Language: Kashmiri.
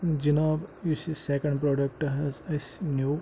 جناب یُس یہِ سیٚکَنٛڈ پرٛوڈَکٹہٕ حظ اسہِ نیٚو